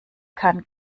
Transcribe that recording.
kann